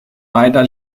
weiler